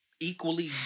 equally